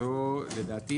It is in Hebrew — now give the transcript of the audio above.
לדעתי,